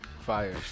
Fire